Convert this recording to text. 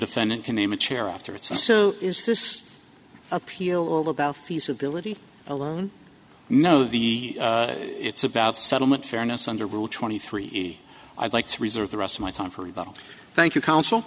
defendant can name a chair after it so is this appeal all about feasibility alone no the it's about settlement fairness under rule twenty three i'd like to reserve the rest of my time for about thank you counsel